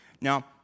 Now